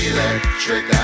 Electric